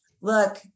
Look